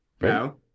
No